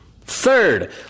Third